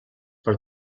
per